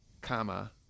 comma